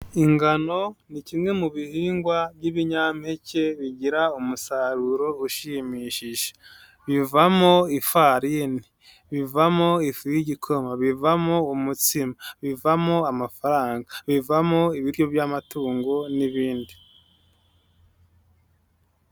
Ingano ni kimwe mu bihingwa by'ibinyampeke bigira umusaruro ushimishije, bivamo ifarini, bivamo ifu y'igikoma, bivamo umutsima, bivamo amafaranga, bivamo ibiryo by'amatungo n'ibindi.